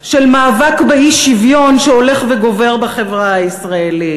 של מאבק באי-שוויון שהולך וגובר בחברה הישראלית.